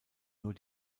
nur